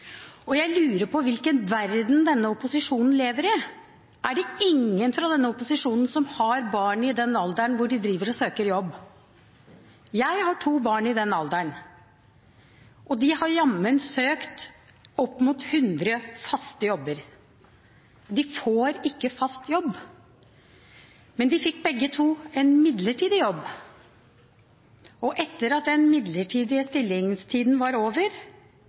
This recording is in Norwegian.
resultater. Jeg lurer på hvilken verden denne opposisjonen lever i. Er det ingen fra denne opposisjonen som har barn i den alderen da de søker jobb? Jeg har to barn i den alderen, og de har jammen søkt på opp mot 100 faste jobber. De får ikke fast jobb – men de fikk begge to en midlertidig jobb. Og etter at den midlertidige stillingstiden var over,